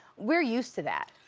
we're used to that.